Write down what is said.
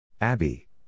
Abby